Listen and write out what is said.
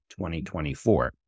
2024